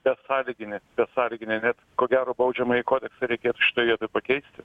besąlyginė besąlyginė net ko gero baudžiamąjį kodeksą reikėtų šitoj vietoj pakeisti